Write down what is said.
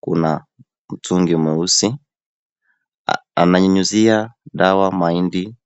kuna mtungi mweusi; ananyunyizia dawa mahindi.